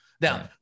Now